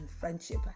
friendship